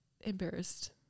embarrassed